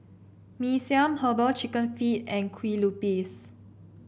Mee Siam Herbal Chicken Feet and Kueh Lupis